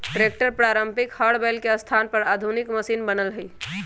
tractor पारम्परिक हर बैल के स्थान पर आधुनिक मशिन बनल हई